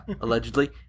allegedly